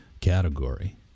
category